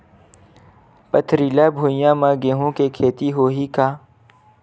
पथरिला भुइयां म गेहूं के खेती होही का?